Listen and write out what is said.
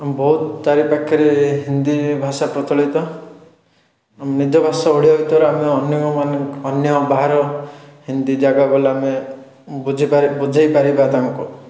ବହୁତ ଚାରିପାଖରେ ହିନ୍ଦୀ ଭାଷା ପ୍ରଚଳିତ ନିଜ ଭାଷା ଓଡ଼ିଆ ଯେତେବେଳେ ଆମେ ଅନ୍ୟମାନଙ୍କ ଅନ୍ୟ ବାହାର ହିନ୍ଦୀ ଜାଗା ଗଲେ ଆମେ ବୁଝିପାରି ବୁଝେଇପାରିବା ତାଙ୍କୁ